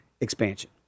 expansion